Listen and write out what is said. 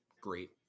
great